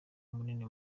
munini